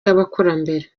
y’abakurambere